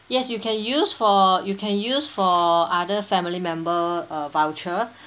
yes you can use for you can use for other family member err voucher